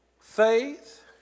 faith